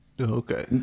okay